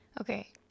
Okay